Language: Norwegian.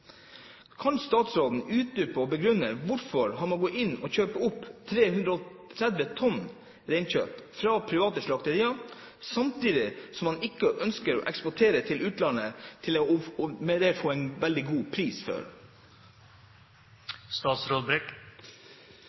Kan statsråden utdype og begrunne hvorfor han må gå inn og kjøpe opp 330 tonn reinkjøtt fra private slakterier samtidig som han ikke ønsker å eksportere til utlandet og med det få en veldig god pris